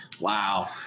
Wow